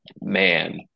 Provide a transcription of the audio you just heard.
Man